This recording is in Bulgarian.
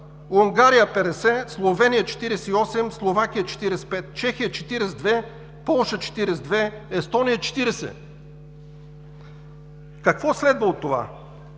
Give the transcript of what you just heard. Унгария – 50, Словения – 48, Словакия – 45, Чехия – 42, Полша – 42, Естония – 40. Какво следва от това?